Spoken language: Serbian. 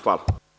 Hvala.